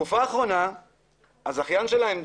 שבתקופה האחרונה הזכיין שלהם,